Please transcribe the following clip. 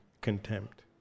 contempt